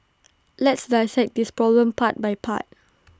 let's dissect this problem part by part